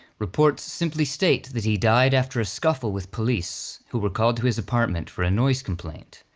reports simply state that he died after a scuffle with police who were called to his apartment for a noise complaint.